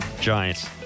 Giants